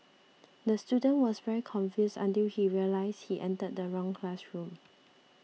the student was very confused until he realised he entered the wrong classroom